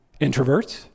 introverts